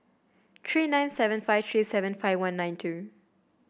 three nine seven five three seven five one nine two